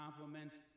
compliments